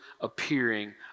appearing